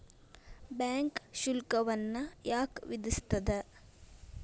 Bank ಶುಲ್ಕವನ್ನ ಯಾಕ್ ವಿಧಿಸ್ಸ್ತದ?